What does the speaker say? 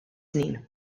snin